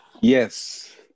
Yes